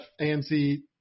AMC